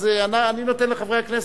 אז אני נותן לחברי הכנסת,